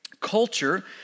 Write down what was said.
Culture